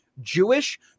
Jewish